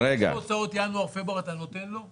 אם יש לו הוצאות בינואר-פברואר אתה נותן לו?